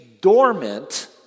dormant